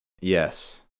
Yes